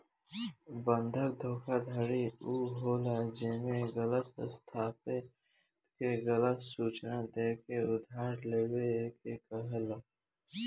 बंधक धोखाधड़ी उ होला जेमे गलत संपत्ति के गलत सूचना देके उधार लेवे के कहाला